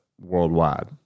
worldwide